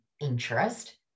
interest